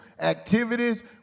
activities